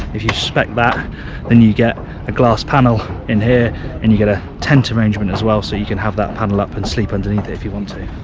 if you spec that then you you get a glass panel in here and you get a tent arrangement as well, so you can have that panel up and sleep underneath if you want to.